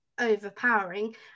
overpowering